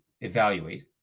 evaluate